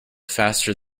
faster